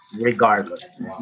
regardless